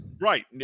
Right